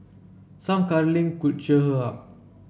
some cuddling could cheer her up